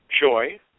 joy